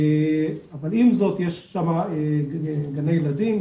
אבל עם זאת יש שם גני ילדים,